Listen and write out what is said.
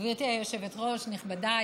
גברתי היושבת-ראש, נכבדי